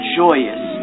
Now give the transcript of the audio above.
joyous